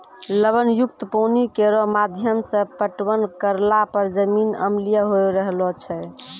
लवण युक्त पानी केरो माध्यम सें पटवन करला पर जमीन अम्लीय होय रहलो छै